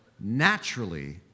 Naturally